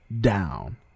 down